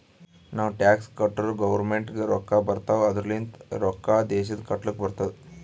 ನಾವ್ ಟ್ಯಾಕ್ಸ್ ಕಟ್ಟುರ್ ಗೌರ್ಮೆಂಟ್ಗ್ ರೊಕ್ಕಾ ಬರ್ತಾವ್ ಅದೂರ್ಲಿಂದ್ ಅವು ರೊಕ್ಕಾ ದೇಶ ಕಟ್ಲಕ್ ಬರ್ತುದ್